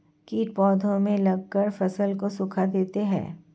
कीट पौधे में लगकर फसल को सुखा देते हैं